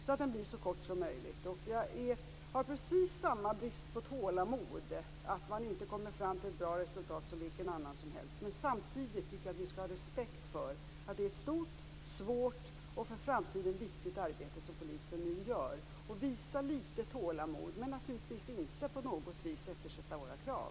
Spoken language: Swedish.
Jag har precis samma brist på tålamod som vem som helst när det gäller att man inte kommer fram till ett bra resultat. Men samtidigt tycker jag att vi skall ha respekt för att det är ett stort, svårt och för framtiden viktigt arbete som polisen nu gör och att vi skall visa litet tålamod, men naturligtvis inte på något sätt eftersätta våra krav.